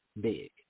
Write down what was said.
big